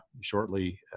shortly